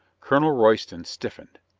colonel royston stiffened.